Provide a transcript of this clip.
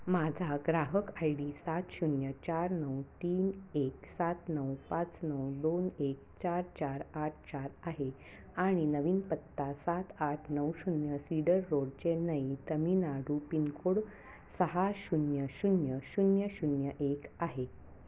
माझा ग्राहक I D सात शून्य चार नऊ तीन एक सात नऊ पाच नऊ दोन एक चार चार आठ चार आहे आणि नवीन पत्ता सात आठ नऊ शून्य cedar road Chennai Tamil Nadu pincode सहा शून्य शून्य शून्य शून्य एक आहे